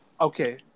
Okay